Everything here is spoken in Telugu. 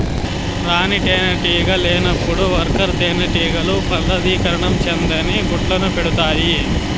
రాణి తేనెటీగ లేనప్పుడు వర్కర్ తేనెటీగలు ఫలదీకరణం చెందని గుడ్లను పెడుతాయి